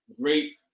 great